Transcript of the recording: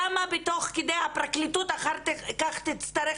למה תוך כדי הפרקליטות אחר כך תצטרך